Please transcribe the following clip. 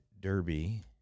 Derby